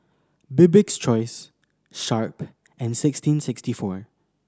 Bibik's Choice Sharp and sixteen sixty four